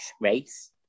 race